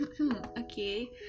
Okay